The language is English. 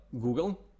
Google